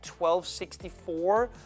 1264